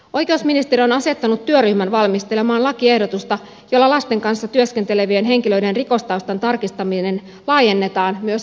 oikeusministeri on asettanut työryhmän valmistelemaan lakiehdotusta jolla lasten kanssa työskentelevien henkilöiden rikostaustan tarkistaminen laajennetaan myös vapaaehtoistoimintaan